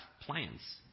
plans